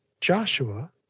Joshua